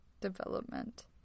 development